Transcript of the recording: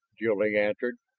jil-lee answered,